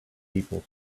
people